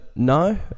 No